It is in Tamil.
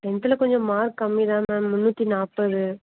டென்த்தில் கொஞ்சம் மார்க் கம்மி தான் மேம் முன்னூற்றி நாற்பது